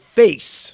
face